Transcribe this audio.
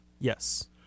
Yes